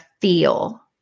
feel